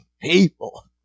people